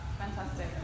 Fantastic